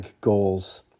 goals